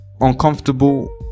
uncomfortable